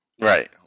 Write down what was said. Right